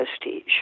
prestige